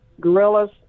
gorillas